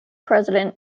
president